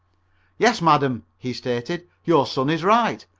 yes, madam, he stated, your son is right.